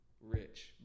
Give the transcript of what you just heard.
Rich